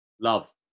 Love